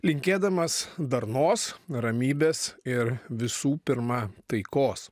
linkėdamas darnos ramybės ir visų pirma taikos